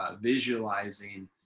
visualizing